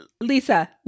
Lisa